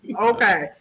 Okay